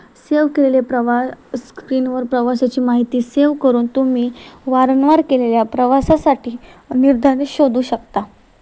save केलेले प्रवास स्क्रीनवर प्रवाशाची माहिती सेव्ह करून तुम्ही वारंवार केलेल्या प्रवासासाठी निर्धाने शोधू शकता